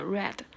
Red